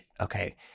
okay